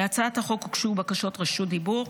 להצעת החוק הוגשו בקשות רשות דיבור.